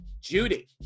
Judy